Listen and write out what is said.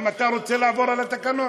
גם אתה רוצה לעבור על התקנון?